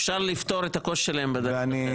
אפשר לפתור את הקושי שלהם בדרך אחרת.